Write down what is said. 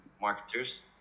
marketers